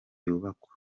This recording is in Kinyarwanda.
yubakwa